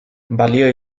balio